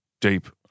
deep